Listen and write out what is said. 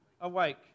awake